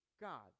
God